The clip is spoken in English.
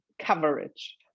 coverage